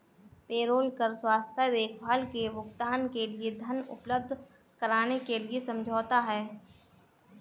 payroll कर स्वास्थ्य देखभाल के भुगतान के लिए धन उपलब्ध कराने के लिए समझौता है